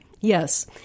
Yes